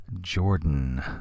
Jordan